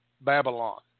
Babylon